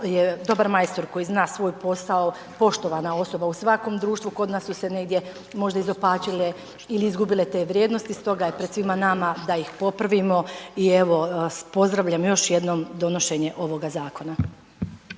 je dobar majstor koji zna svoj posao poštovana osoba u svakom društvu. Kod nas su se negdje možda izopačile ili izgubile te vrijednosti, stoga je pred svima nama da ih popravimo i evo pozdravljam još jednom donošenje ovoga zakona.